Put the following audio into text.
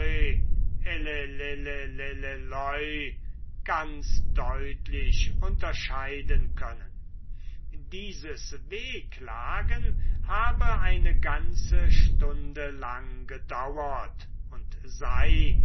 ganz deutlich unterscheiden können dieses wehklagen habe eine ganze stunde lang gedauert und sei